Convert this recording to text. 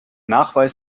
nachweis